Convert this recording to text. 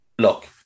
Look